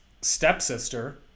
stepsister